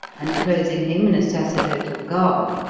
and clothing him in a sacerdotal garb,